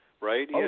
right